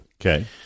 Okay